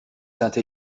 sainte